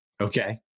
Okay